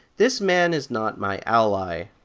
this man is not my ally.